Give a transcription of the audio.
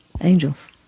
angels